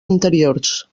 anteriors